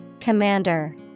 commander